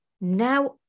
Now